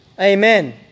Amen